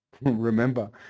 Remember